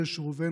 יש רוב,